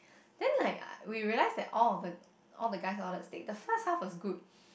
then like i~ we realize that all of the all the guys all the stake the first half was good